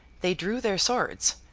they drew their swords,